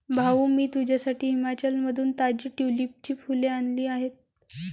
भाऊ, मी तुझ्यासाठी हिमाचलमधून ताजी ट्यूलिपची फुले आणली आहेत